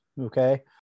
Okay